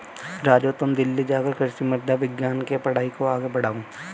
राजू तुम दिल्ली जाकर कृषि मृदा विज्ञान के पढ़ाई को आगे बढ़ाओ